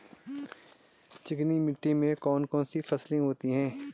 चिकनी मिट्टी में कौन कौन सी फसलें होती हैं?